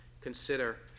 consider